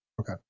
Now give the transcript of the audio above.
Okay